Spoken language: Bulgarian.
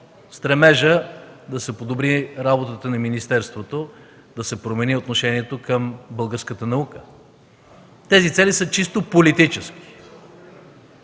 стремежа да се подобри работата на министерството, да се промени отношението към българската наука. Тези цели са чисто политически.